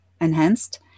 enhanced